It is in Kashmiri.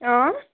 اۭں